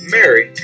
Mary